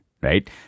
right